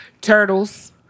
Turtles